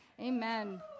amen